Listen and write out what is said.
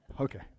okay